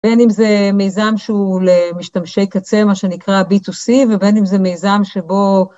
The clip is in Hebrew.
בין אם זה מיזם שהוא למשתמשי קצה, מה שנקרא B2C, ובין אם זה מיזם שבו...